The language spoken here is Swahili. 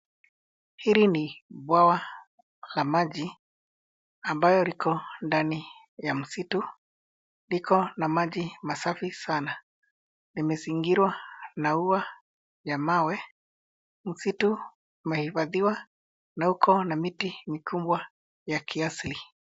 Hili ni bwawa la maji ambayo liko ndani ya msitu. Liko na maji masafi sana. Limezingirwa na ua wa mawe. Msitu umehifadhiwa na uko na miti mikubwa ya kiasili.